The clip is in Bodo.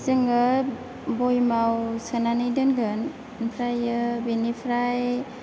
जोङो बयेमाव सोनानै दोनगोन ओमफ्रायो बिनिफ्राय